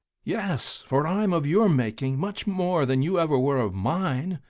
yes for i'm of your making much more than you ever were of mine.